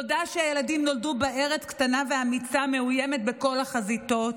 תודה שהילדים נולדו בארץ קטנה ואמיצה מאוימת בכל החזיתות.